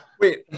wait